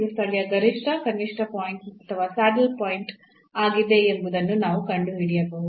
ಇದು ಸ್ಥಳೀಯ ಗರಿಷ್ಠ ಕನಿಷ್ಠ ಪಾಯಿಂಟ್ ಅಥವಾ ಸ್ಯಾಡಲ್ ಪಾಯಿಂಟ್ ಸೆಡಲ್ point ಆಗಿದೆಯೇ ಎಂಬುದನ್ನು ನಾವು ಕಂಡುಹಿಡಿಯಬಹುದು